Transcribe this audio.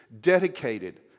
dedicated